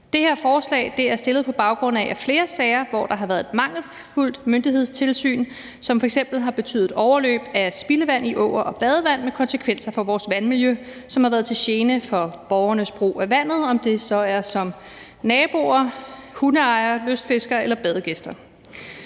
Det her forslag er fremsat på baggrund af flere sager, hvor der har været et mangelfuldt myndighedstilsyn, som f.eks. har betydet overløb af spildevand i åer og badevand med konsekvenser for vores vandmiljø, som har været til gene for borgernes brug af vandet – om det så er som naboer, hundeejere, lystfiskere eller badegæster.